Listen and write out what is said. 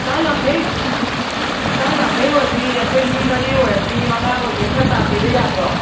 ꯆꯥꯝ ꯌꯥꯡꯈꯩ ꯆꯥꯝ ꯌꯥꯡꯈꯩ ꯑꯣꯏꯔꯗꯤ ꯑꯩꯈꯣꯏ ꯃꯤ ꯃꯔꯤ ꯑꯣꯏꯔꯗꯤ ꯃꯉꯥ ꯑꯣꯏꯗꯤ ꯈꯔ ꯇꯥꯕꯤꯕ ꯌꯥꯗ꯭ꯔꯣ